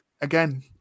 again